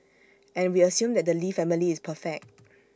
and we assume that the lee family is perfect